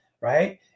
right